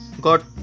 got